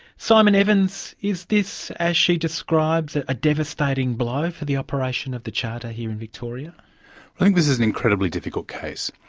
simon evans, is this as she describes it, a devastating blow for the operation of the charter here in victoria? i think this is an incredibly difficult case.